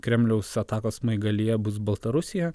kremliaus atakos smaigalyje bus baltarusija